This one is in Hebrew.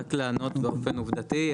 רק לענות באופן עובדתי,